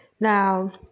Now